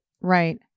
Right